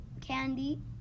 candy